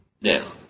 Now